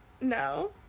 no